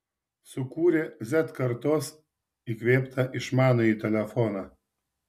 sukūrė z kartos įkvėptą išmanųjį telefoną